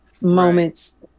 moments